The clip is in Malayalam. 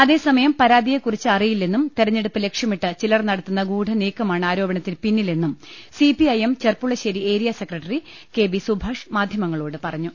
അതേസമയം പ്രാതിയെക്കുറിച്ച് അറിയില്ലെന്നും തെരഞ്ഞെ ടുപ്പ് ലക്ഷ്യമിട്ട് ചിലർ നടത്തുന്ന ഗൂഢനീക്കമാണ് ആരോപണ ത്തിന് പിന്നിലെന്നും CPIM Cherpulassery area secretary K B Subhash മാധ്യമങ്ങളോട് പറഞ്ഞു